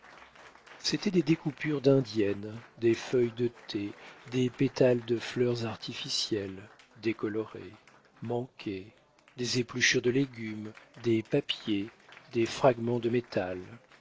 c'était des découpures d'indienne des feuilles de thé des pétales de fleurs artificielles décolorées manquées des épluchures de légumes des papiers des fragments de métal